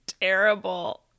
terrible